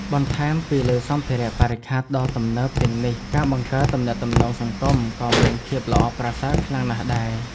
បន្ថែមពីលើសម្ភារៈបរិក្ខារដ៏ទំនើបទាំងនេះការបង្កើតទំនាក់ទំនងសង្គមក៏មានភាពល្អប្រសើរខ្លាំងណាស់ដែរ។